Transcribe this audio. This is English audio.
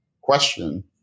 question